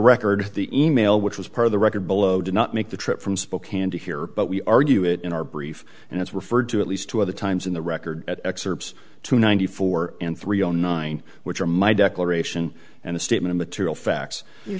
record the email which was part of the record below did not make the trip from spokane to here but we argue it in our brief and it's referred to at least two other times in the record at excerpts two ninety four and three zero nine which are my declaration and the statement material facts you